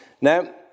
Now